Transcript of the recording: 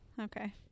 Okay